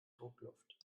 druckluft